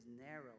narrow